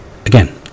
Again